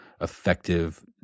effective